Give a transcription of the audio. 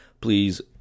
please